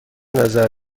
نظر